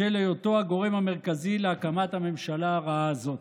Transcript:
בשל היותו הגורם המרכזי להקמת הממשלה הרעה הזאת.